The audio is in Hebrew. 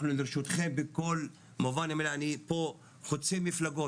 אנחנו לרשותכם בכל מובן, זה חוצה מפלגות,